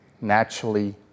naturally